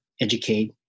educate